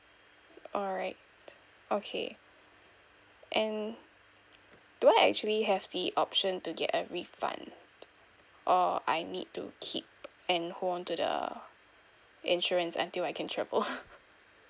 alright okay and do I actually have the option to get a refund or I need to keep and hold on to the insurance until I can triple